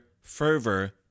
fervor